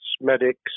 medics